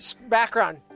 background